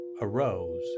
arose